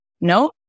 No